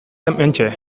hementxe